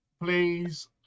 please